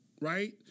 right